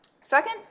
Second